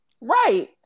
right